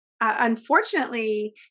unfortunately